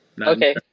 Okay